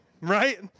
Right